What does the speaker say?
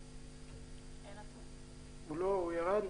הוא ירד.